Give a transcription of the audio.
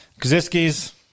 Kaziski's